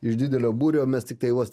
iš didelio būrio mes tiktai vos